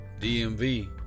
DMV